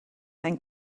and